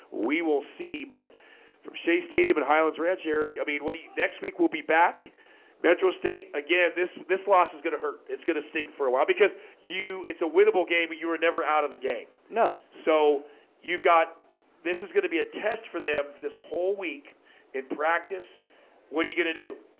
we will see but from shea stadium at highlands ranch eric i mean, what do you next week? we'll be back metro state again, this this loss is gonna hurt it's gonna stink for a while because you it's a winnable game but you were never out of the game. no, so you've got this is gonna be a test for them this whole week in practice what are you gonna do?